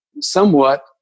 somewhat